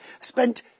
spent